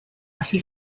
allu